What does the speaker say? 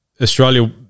Australia